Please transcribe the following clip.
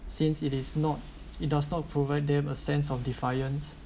since it is not it does not provide them a sense of defiance